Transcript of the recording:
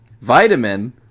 Vitamin